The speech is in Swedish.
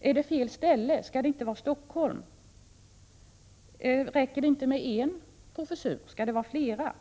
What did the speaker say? Är det fel ställe? Skall det inte vara Stockholm? Räcker det inte med en professur, skall det vara flera?